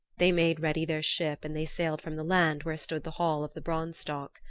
they made ready their ship and they sailed from the land where stood the hall of the branstock.